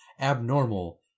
abnormal